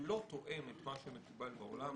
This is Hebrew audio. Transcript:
לא תואם את מה שמקובל בעולם,